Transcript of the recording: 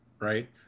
right